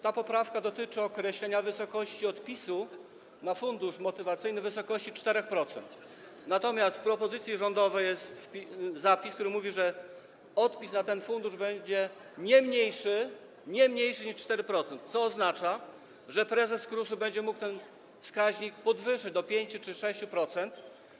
Ta poprawka dotyczy określenia wysokości odpisu na fundusz motywacyjny na 4%, natomiast w propozycji rządowej jest zapis, który mówi, że odpis na ten fundusz będzie nie mniejszy niż 4%, co oznacza, że prezes KRUS-u będzie mógł ten wskaźnik podwyższyć do 5% czy 6%.